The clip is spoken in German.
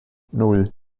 nan